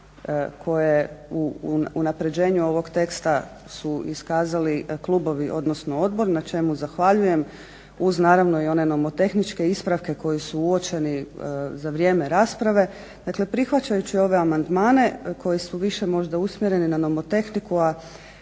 koje u unapređenju ovog tekst su iskazali klubovi odnosno odbor, na čemu zahvaljujem uz naravno i one nomotehničke ispravke koje su uočeni za vrijeme rasprave, dakle prihvaćajući ove amandmane koji su više možda usmjereni na nomotehniku